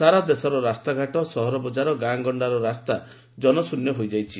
ସାରା ଦେଶର ରାସ୍ତାଘାଟ ସହର ବଜାର ଗାଁଗଣ୍ଡାର ରାସ୍ତା ଜନଶ୍ରନ୍ୟ ହୋଇଯାଇଛି